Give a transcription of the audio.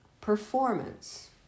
performance